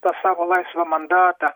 tą savo laisvą mandatą